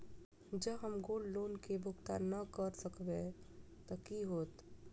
जँ हम gold loan केँ भुगतान न करऽ सकबै तऽ की होत?